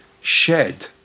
shed